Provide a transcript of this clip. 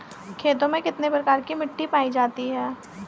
खेतों में कितने प्रकार की मिटी पायी जाती हैं?